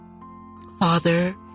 Father